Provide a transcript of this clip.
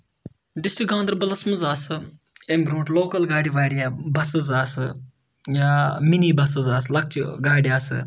district گاندربَلَس منٛز آسہٕ اَمہِ برونٹھ لوکل گاڈِ واریاہ بَسٕز آسہٕ یا مِنی بَسٕز آسہٕ لۄکٔچہِ گاڈِ آسہٕ